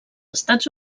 estats